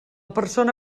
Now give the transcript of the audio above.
persona